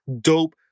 dope